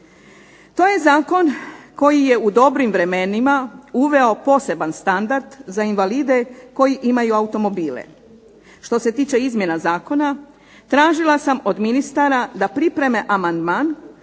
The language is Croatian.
To je zakon koji je u dobrim vremenima uveo poseban standard za invalide koji imaju automobile. Što se tiče izmjene zakona tražila sam od ministara da pripreme amandman